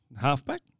halfback